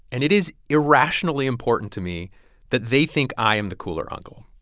and it is irrationally important to me that they think i am the cooler uncle.